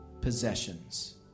possessions